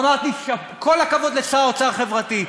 אמרתי: כל הכבוד לשר האוצר החברתי.